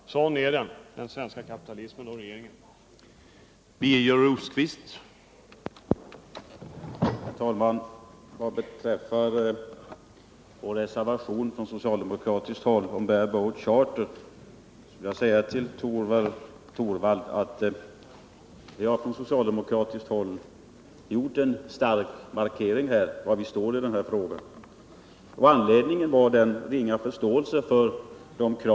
Sådan är den svenska kapitalismen och sådan är den svenska regeringen.